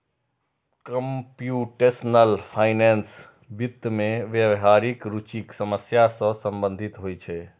computational finance वित्त मे व्यावहारिक रुचिक समस्या सं संबंधित होइ छै